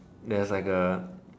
there's like a